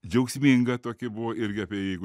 džiaugsminga tokia buvo irgi apie jeigu